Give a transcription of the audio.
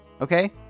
Okay